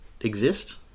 exist